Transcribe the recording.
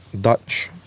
Dutch